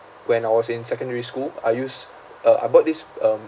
when I was in secondary school I use uh I bought this um